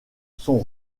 sont